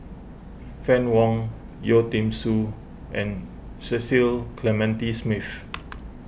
Fann Wong Yeo Tiam Siew and Cecil Clementi Smith